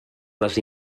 les